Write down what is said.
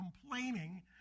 complaining